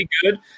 good